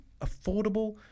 affordable